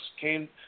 came